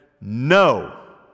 No